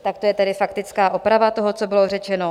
Tak to je tedy faktická oprava toho, co bylo řečeno.